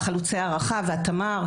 חלוצי ההערכה והתמ"ר,